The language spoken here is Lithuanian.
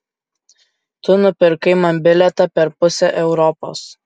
tu nupirkai man bilietą per pusę europos